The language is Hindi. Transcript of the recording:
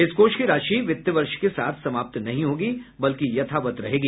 इस कोष की राशि वित्तवर्ष के साथ समाप्त नहीं होंगी बल्की यथावत रहेंगी